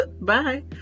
Bye